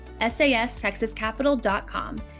sastexascapital.com